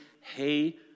Hey